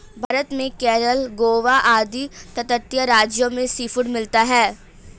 भारत में केरल गोवा आदि तटीय राज्यों में सीफूड मिलता है